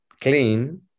clean